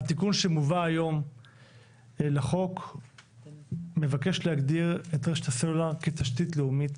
התיקון שמובא היום לחוק מבקש להגדיר את רשת הסלולר כתשתית לאומית